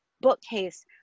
bookcase